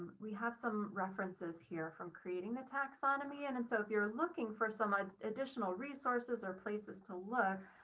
we have some references here from creating the taxonomy. and and so if you're looking for some ah additional resources or places to look,